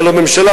הלוא ממשלה,